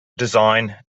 design